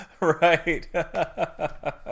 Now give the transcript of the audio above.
Right